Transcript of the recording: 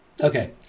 Okay